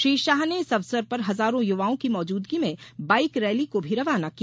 श्री शाह ने इस अवसर पर हजारों युवाओं की मौजूदगी में बाइक रैली को भी रवाना किया